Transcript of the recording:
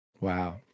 Wow